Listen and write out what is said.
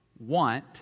want